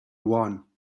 won